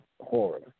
Horror